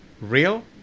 Real